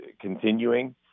continuing